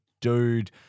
dude